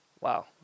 Wow